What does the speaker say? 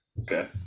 Okay